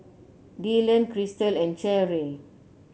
Dylan Krystle and Cherri